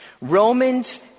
Romans